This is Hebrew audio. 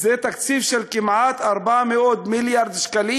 זה תקציב של כמעט 400 מיליארד שקלים.